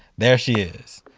there she is,